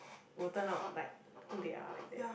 will turn up like who they are like that